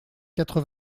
quatre